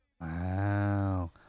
Wow